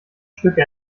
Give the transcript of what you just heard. stücke